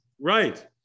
Right